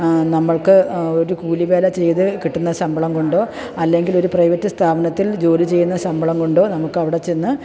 നമ്മൾക്ക് ഒരു കൂലിവേല ചെയ്ത് കിട്ടുന്ന ശമ്പളം കൊണ്ടോ അല്ലെങ്കിൽ ഒരു പ്രൈവെറ്റ് സ്ഥാപനത്തിൽ ജോലി ചെയ്യുന്ന ശമ്പളം കൊണ്ടോ നമുക്ക് അവിടെ ചെന്ന്